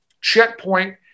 checkpoint